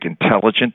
intelligent